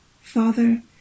Father